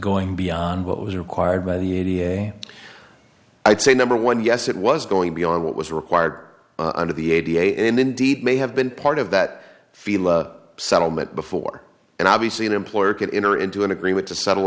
going beyond what was required by the f d a i'd say number one yes it was going beyond what was required under the a b a and indeed may have been part of that field settlement before and obviously the employer could enter into an agreement to settle